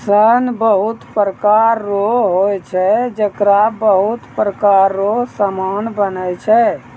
सन बहुत प्रकार रो होय छै जेकरा बहुत प्रकार रो समान बनै छै